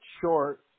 short